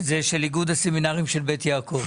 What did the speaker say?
זה של איגוד הסמינרים של בית יעקב.